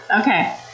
Okay